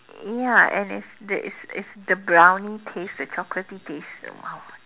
ya and it's the it's it's the brownie taste the chocolaty taste !wow!